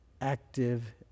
active